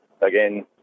again